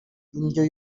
indyo